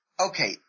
Okay